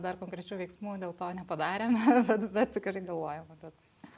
dar konkrečių veiksmų dėl to nepadarėme bet tikrai galvojam apie tai